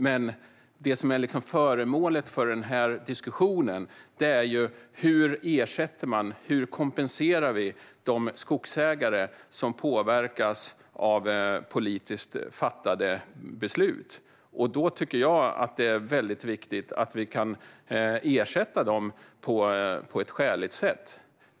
Men det som är föremålet för denna diskussion är hur vi ersätter eller kompenserar de skogsägare som påverkas av politiskt fattade beslut. Jag tycker att det är väldigt viktigt att vi kan ersätta dem på ett skäligt sätt.